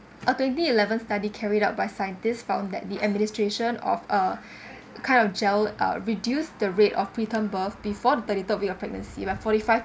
a twenty eleven study carried out by scientists found that the administration of a kind of gel uh reduce the rate of preterm birth before the thirty third week of pregnancy by forty five